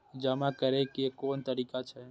जमा करै के कोन तरीका छै?